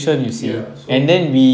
ya so